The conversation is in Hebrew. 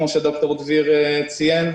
כפי שד"ר דביר ציין.